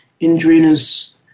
Indrina's